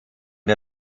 der